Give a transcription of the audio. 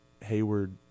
Hayward